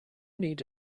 need